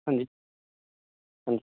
ਹਾਂਜੀ ਹਾਂਜੀ